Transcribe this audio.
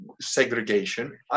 segregation